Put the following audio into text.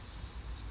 ask lor